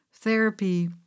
Therapy